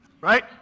Right